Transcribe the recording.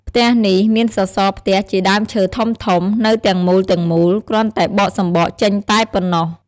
ផ្ទះនេះមានសសរផ្ទះជាដើមឈើធំៗ នៅទាំងមូលៗ គ្រាន់តែបកសំបកចេញតែប៉ុណ្ណោះ។